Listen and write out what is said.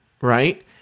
right